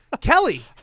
Kelly